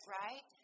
right